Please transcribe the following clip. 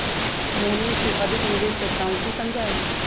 मोहनीश तू अधिक निवेश से काउची समझा ही?